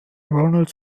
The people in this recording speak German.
ronald